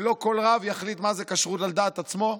שלא כל רב יחליט מה זה כשרות על דעת עצמו?